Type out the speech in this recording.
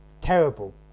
terrible